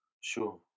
Sure